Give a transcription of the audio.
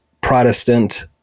Protestant